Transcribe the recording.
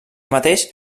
mateix